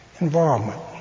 Involvement